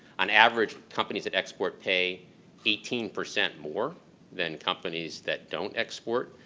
on average, companies at export pay eighteen percent more than companies that don't export.